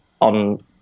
on